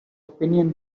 opinion